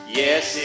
yes